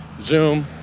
Zoom